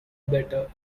better